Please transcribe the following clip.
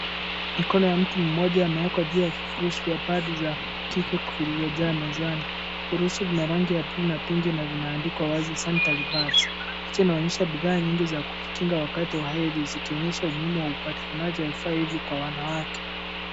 Mikono ya mtu mmoja yamewekwa juu ya vifurushi vya padi za kike zilizojaa mezani. Vifurushi vina rangi ya buluu na pinki na vinaandikwa kwa wazi sanitary pads . Picha inaonyesha bidhaa nyingi za kujikinga wakati wa hedhi ziikionyesha umuhimu wa upatikanaji wa vifaa hivi kwa wanawake.